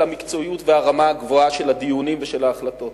המקצועיות והרמה הגבוהה של הדיונים ושל ההחלטות.